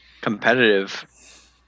competitive